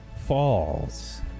falls